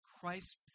Christ